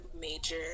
major